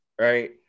right